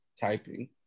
typing